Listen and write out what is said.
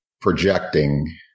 projecting